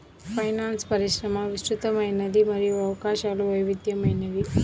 finance పరిశ్రమ విస్తృతమైనది మరియు అవకాశాలు వైవిధ్యమైనవి